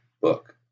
book